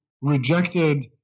rejected